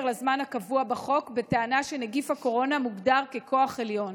לזמן הקבוע בחוק בטענה שנגיף הקורונה מוגדר ככוח עליון?